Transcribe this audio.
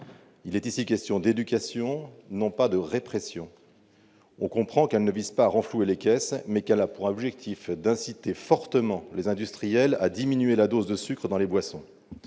il est ici question d'éducation, non de répression. On comprend qu'elle ne vise pas à renflouer les caisses, mais qu'elle a pour objectif d'inciter fortement les industriels à diminuer la dose de sucre dans les boissons.